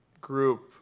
group